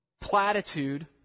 platitude